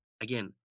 again